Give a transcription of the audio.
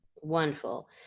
Wonderful